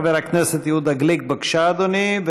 חבר הכנסת יהודה גליק, בבקשה, אדוני.